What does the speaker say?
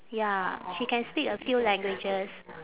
ya she can speak a few languages